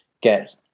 get